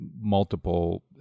multiple